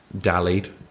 dallied